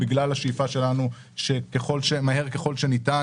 בגלל שהשאיפה שלנו שמהר שככל ניתן